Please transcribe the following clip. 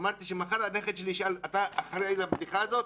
אמרתי שמחר הנכד שלי ישאל אם אני אחראי לבדיחה הזאת,